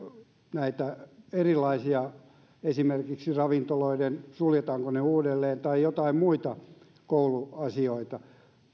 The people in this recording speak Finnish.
näitä erilaisia rajoituksia esimerkiksi suljetaanko ravintolat uudelleen tai jotain muita kouluasioita